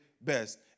best